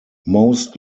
most